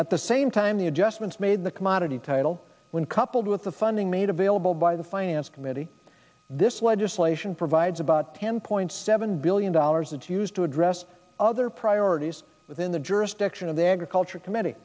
at the same time the adjustments made the commodity title when coupled with the funding made available by the finance committee this legislation provides about ten point seven billion dollars it used to address other priorities within the jurisdiction of the agriculture committee